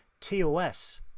TOS